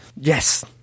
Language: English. Yes